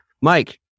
mike